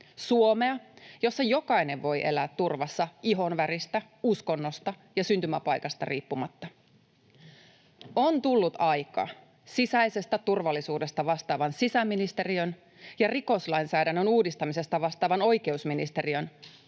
Suomea, jossa jokainen voi elää turvassa ihonväristä, uskonnosta ja syntymäpaikasta riippumatta. On tullut aika sisäisestä turvallisuudesta vastaavan sisäministeriön ja rikoslainsäädännön uudistamisesta vastaavan oikeusministeriön